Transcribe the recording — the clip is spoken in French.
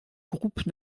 groupe